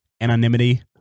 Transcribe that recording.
anonymity